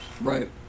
Right